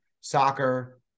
soccer